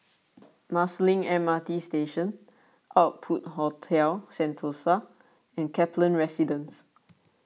Marsiling M R T Station Outpost Hotel Sentosa and Kaplan Residence